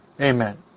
Amen